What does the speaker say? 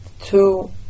Two